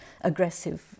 aggressive